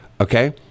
Okay